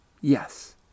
Yes